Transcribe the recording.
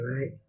right